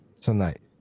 tonight